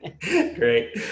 Great